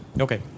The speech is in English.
Okay